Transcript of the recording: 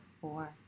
four